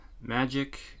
magic